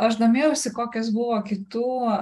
aš domėjausi kokios buvo kitų